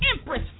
empress